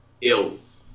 ills